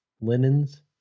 linens